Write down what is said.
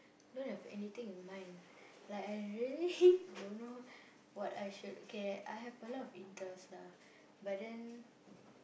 don't have anything in mind like I really don't know what I should okay I have a lot of interest lah but then